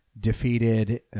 defeated